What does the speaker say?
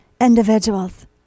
individuals